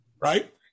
right